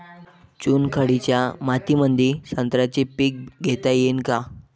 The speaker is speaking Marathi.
चुनखडीच्या मातीमंदी संत्र्याचे पीक घेता येईन का?